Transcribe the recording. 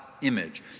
image